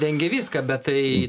dengė viską bet tai